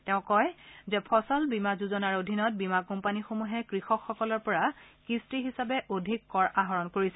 তেওঁ কয় যে ফচল বীমা যোজনাৰ অধীনত বীমা কোম্পানীসমূহে কৃষকসকলৰ পৰা কিস্তি হিচাপে অধিক কৰ আহৰণ কৰিছে